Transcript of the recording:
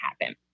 happen